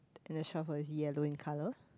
then the shovel is yellow in colour